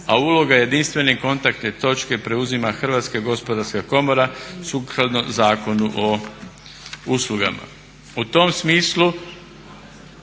a uloga jedinstvene kontakt točke preuzima Hrvatska gospodarska komora sukladno Zakonu o uslugama. U tom smislu